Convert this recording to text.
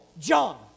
John